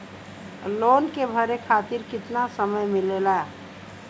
Loan के भरे खातिर कितना समय मिलेला?